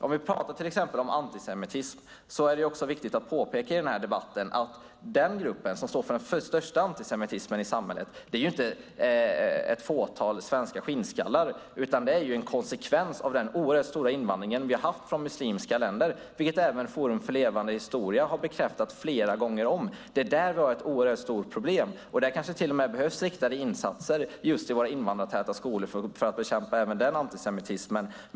Om vi pratar om till exempel antisemitism är det också viktigt att påpeka i den här debatten att den grupp som står för den största antisemitismen i samhället inte är ett fåtal svenska skinnskallar utan det är en konsekvens av den oerhört stora invandring vi har haft från muslimska länder, vilket även Forum för levande historia har bekräftat flera gånger om. Det är där vi har ett oerhört stort problem. Det kanske till och med behövs riktade insatser just till våra invandrartäta skolor för att bekämpa även den antisemitismen.